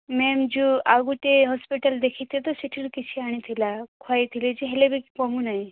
ma'am ଯୋଉ ଆଉ ଗୋଟେ ହସ୍ପିଟାଲ୍ ଦେଖେଇ ତ ସେଠାରୁ କିଛି ଆଣିଥିଲା ଖୁଆଇଥିଲି ଯେ ହେଲେ ବି କମୁ ନାହିଁ